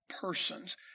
persons